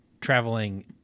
traveling